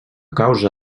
causa